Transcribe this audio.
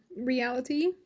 reality